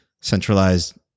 centralized